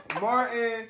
Martin